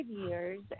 Years